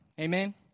Amen